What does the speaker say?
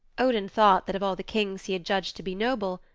odin thought that of all the kings he had judged to be noble,